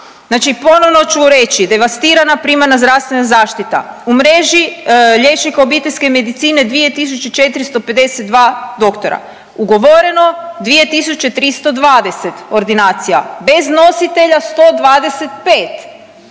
ponovno ću reći, devastira primarna zdravstvena zaštita, u mreži liječnika obiteljske medicine 2.452 doktora, ugovoreno 2.320 ordinacija, bez nositelja 125,